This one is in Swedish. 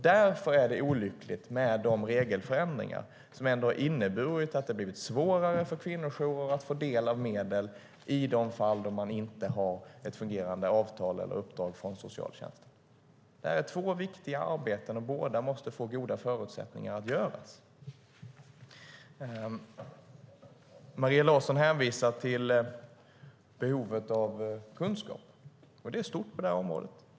Därför är det olyckligt med de regelförändringar som har inneburit att det har blivit svårare för kvinnojourer att få del av medel i de fall då de inte har ett fungerande avtal med eller uppdrag från socialtjänsten. Det är två viktiga arbeten. Båda måste få goda förutsättningar att göras. Maria Larsson hänvisar till behovet av kunskap. Det är stort på det här området.